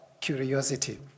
curiosity